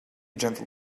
gentle